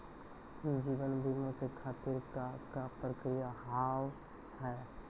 जीवन बीमा के खातिर का का प्रक्रिया हाव हाय?